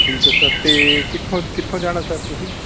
ਠੀਕ ਹੈ ਸਰ ਅਤੇ ਕਿੱਥੋਂ ਕਿੱਥੋਂ ਜਾਣਾ ਸਰ ਤੁਸੀਂ